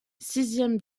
sixième